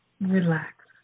relax